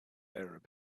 arab